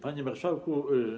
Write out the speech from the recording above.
Panie Marszałku!